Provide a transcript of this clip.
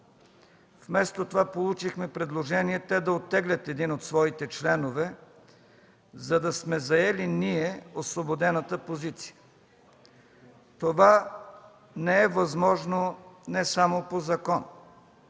Вместо това, получихме предложение те да оттеглят един от своите членове, за да сме заели ние освободената позиция. Това не е възможно не само по закон.